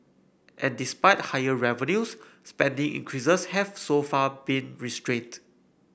and despite higher revenues spending increases have so far been restrained